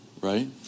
right